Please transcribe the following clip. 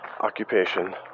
occupation